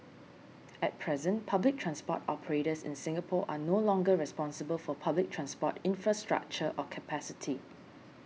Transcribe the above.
at present public transport operators in Singapore are no longer responsible for public transport infrastructure or capacity